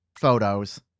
photos